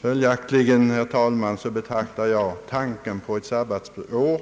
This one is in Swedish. Följaktligen, herr talman, betraktar jag tanken på ett sabbatsår